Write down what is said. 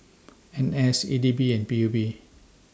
N S E D B and P U B